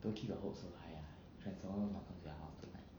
don't keep your hopes so high ah transformers not come to your house tonight